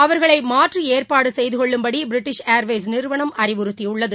அவர்களை மாற்று ஏற்பாடு செய்து கொள்ளும்படி பிரிட்டிஷ் ஏர்வேஸ் நிறுவனம் அறிவுறுத்தியுள்ளது